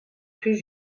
plus